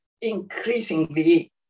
increasingly